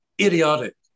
idiotic